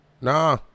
Nah